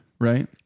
right